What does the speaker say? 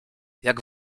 jak